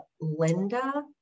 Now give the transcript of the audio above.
Linda